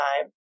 time